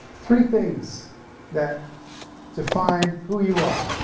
three things that define who you are.